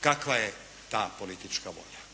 kakva je ta politička volja.